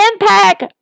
Impact